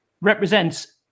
represents